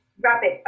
rabbit